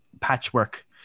patchwork